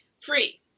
free